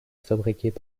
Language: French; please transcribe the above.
fabriquées